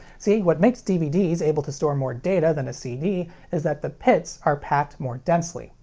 see, what makes dvds able to store more data than a cd is that the pits are packed more densely.